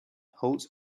holds